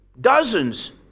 Dozens